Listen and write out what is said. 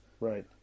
Right